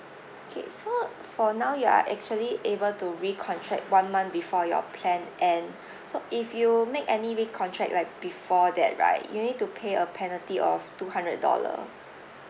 okay so for now you are actually able to recontract one month before your plan end so if you make any recontract like before that right you'll need to pay a penalty of two hundred dollar